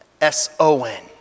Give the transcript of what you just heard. S-O-N